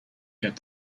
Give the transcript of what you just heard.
get